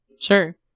sure